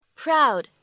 proud